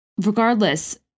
regardless